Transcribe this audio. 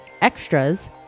Extras